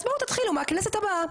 אז בואו תתחילו מהכנסת הבאה,